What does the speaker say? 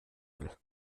will